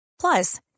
Plus